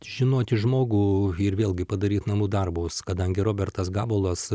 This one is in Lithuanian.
žinoti žmogų ir vėlgi padaryt namų darbus kadangi robertas gabalas